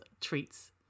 treats